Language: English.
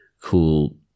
cool